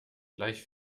gleich